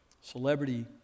celebrity